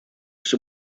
все